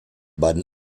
beiden